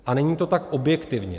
A není to tak objektivně.